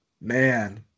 man